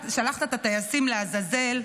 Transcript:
ששלחת את הטייסים לעזאזל,